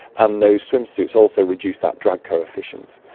and those swimsuits also reduce that drag coefficient.